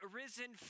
risen